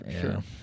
Sure